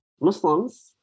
Muslims